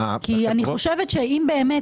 חושבת שאם באמת